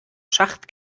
schacht